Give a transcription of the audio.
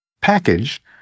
package